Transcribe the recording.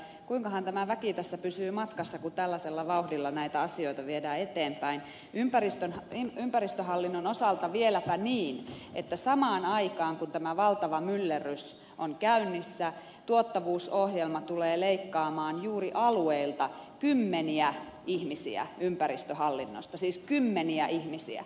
kuinkahan tämä väki tässä pysyy matkassa kun tällaisella vauhdilla näitä asioita viedään eteenpäin ympäristöhallinnon osalta vieläpä niin että samaan aikaan kun tämä valtava myllerrys on käynnissä tuottavuusohjelma tulee leikkaamaan juuri alueilta kymmeniä ihmisiä ympäristöhallinnosta siis kymmeniä ihmisiä